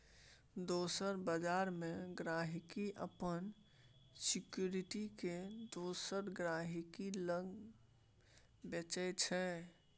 दोसर बजार मे गांहिकी अपन सिक्युरिटी केँ दोसर गहिंकी लग बेचय छै